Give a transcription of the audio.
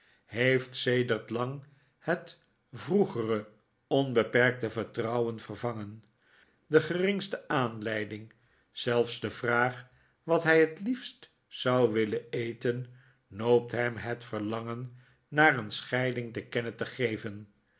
heeft sedert lang het vroegere onbeperkte vertrouwen vervangen de geringste aanleiding zelfs de vraag wat hij het liefst zou willen eten noopt hem het verlangen naar een scheiding te kennen te geven